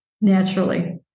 naturally